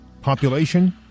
population